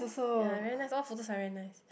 ya very nice all her photos are very nice